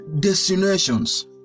destinations